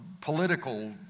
political